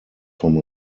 from